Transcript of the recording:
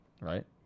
right